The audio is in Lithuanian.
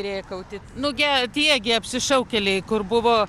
rėkauti nu ge tie gi apsišaukėliai kur buvo